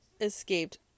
escaped